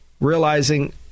realizing